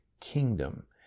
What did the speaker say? kingdom